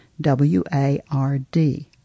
W-A-R-D